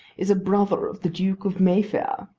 is a brother of the duke of mayfair?